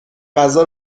غذا